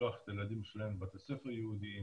לשלוח את הילדים שלהם לבתי ספר יהודיים